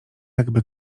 jakby